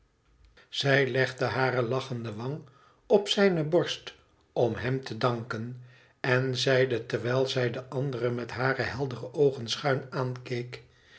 zij legde hare lachende wang op zijne borst om hem te danken en zeide terwijl zij de anderen met hare heldere oogen schuin aankeek